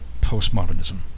postmodernism